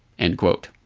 end quote.